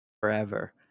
forever